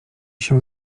się